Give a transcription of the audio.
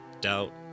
Doubt